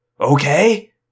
Okay